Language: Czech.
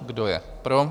Kdo je pro?